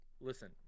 listen